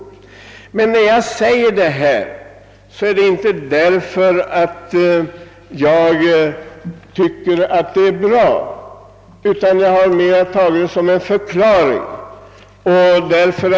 Jag säger inte detta därför att jag tycker det är bra, utan mera som en förklaring.